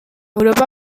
europa